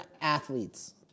athletes